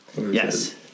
Yes